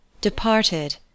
departed